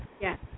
Yes